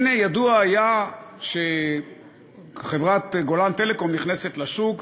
הנה ידוע היה שחברת "גולן טלקום" נכנסת לשוק,